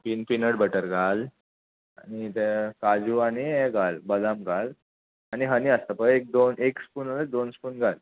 peanut butter घाल आनी ते काजू आनी हें घाल बदाम घाल आनी हनी आसता पय एक दोन एक स्पून दोन स्पून घाल